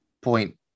Point